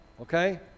okay